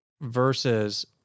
versus